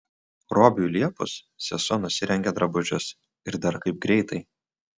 robiui liepus sesuo nusirengė drabužius ir dar kaip greitai